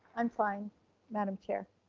i'm fine madam chair.